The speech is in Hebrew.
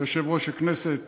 וליושב-ראש הכנסת